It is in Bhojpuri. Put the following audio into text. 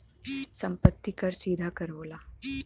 सम्पति कर सीधा कर होला